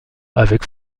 avec